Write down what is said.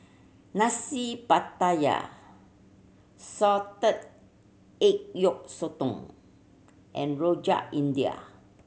Nasi Pattaya salted egg yolk sotong and Rojak India